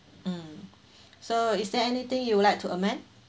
mm so is there anything you would like to amend